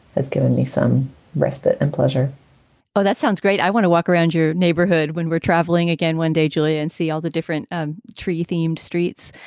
that's given me some respite and pleasure oh, that sounds great. i want to walk around your neighborhood when we're traveling again one day, julia, and see all the different um tree themed streets.